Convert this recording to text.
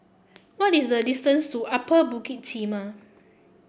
what is the distance to Upper Bukit Timah